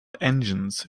engines